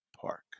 park